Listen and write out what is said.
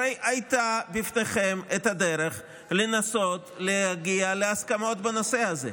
הרי הייתה לפניכם הדרך לנסות להגיע להסכמות בנושא הזה.